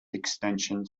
extension